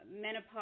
menopause